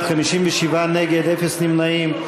בעד, 57 נגד, אפס נמנעים.